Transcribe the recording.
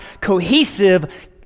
cohesive